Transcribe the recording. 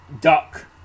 duck